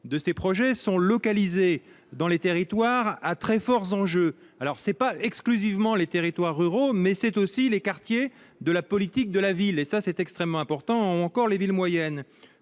de ces projets sont localisés dans les territoires à très fort enjeu alors c'est pas exclusivement les territoires ruraux, mais c'est aussi les quartiers de la politique de la ville, et ça c'est extrêmement important, ou encore les villes moyennes